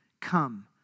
Come